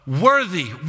worthy